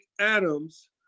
Adams